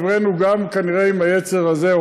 נבראנו כנראה גם עם היצר הזה,